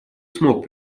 смог